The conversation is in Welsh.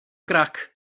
grac